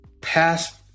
past